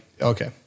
okay